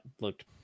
looked